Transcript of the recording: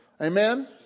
Amen